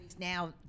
now